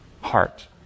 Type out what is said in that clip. Heart